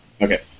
Okay